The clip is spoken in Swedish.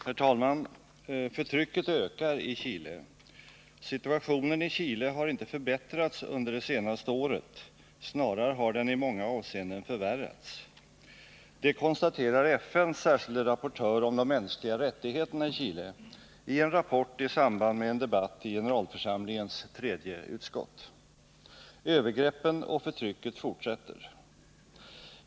Herr talman! Förtrycket ökar i Chile. Situationen i Chile har inte förbättrats under det senaste året, snarare har den i många avseenden förvärrats. Det konstaterar FN:s särskilde rapportör om de mänskliga rättigheterna i Chile i en rapport i samband med en debatt i generalförsamlingens tredje utskott. Övergreppen och förtrycket fortsätter.